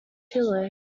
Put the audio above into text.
pillow